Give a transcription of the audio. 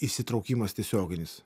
įsitraukimas tiesioginis